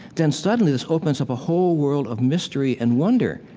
then suddenly this opens up a whole world of mystery and wonder.